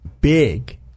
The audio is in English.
big